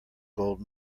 gold